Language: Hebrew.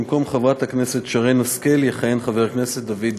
במקום חברת הכנסת שרן השכל יכהן חבר הכנסת דוד ביטן.